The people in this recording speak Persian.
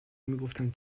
میگفتن